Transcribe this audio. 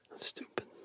stupid